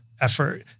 effort